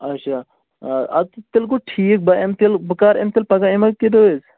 اچھا آ اَدٕ تٚیلہِ گوٚو ٹھیٖک بہٕ اَمہٕ تیٚلہِ بہٕ کَر اَمہِ تیٚلہِ پگاہ یِما کِنہٕ أزۍ